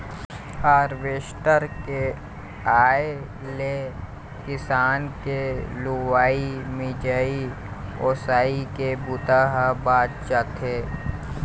harvester के आए ले किसान के लुवई, मिंजई, ओसई के बूता ह बाँच जाथे